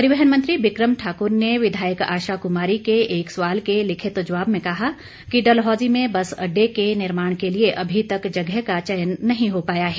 परिवहन मंत्री विक्रम ठाकुर ने विधायक आशा कुमारी के एक सवाल के लिखित जवाब में कहा कि डलहौजी में बस अडडे के निर्माण के लिए अभी तक जगह का चयन नहीं हो पाया है